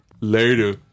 Later